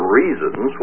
reasons